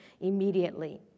immediately